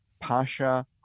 Pasha